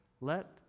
Let